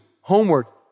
homework